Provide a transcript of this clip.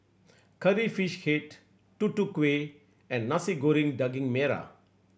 Curry Fish Head Tutu Kueh and Nasi Goreng Daging Merah